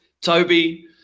Toby